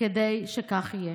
כדי שכך יהיה.